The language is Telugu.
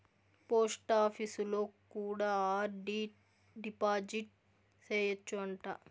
పోస్టాపీసులో కూడా ఆర్.డి డిపాజిట్ సేయచ్చు అంట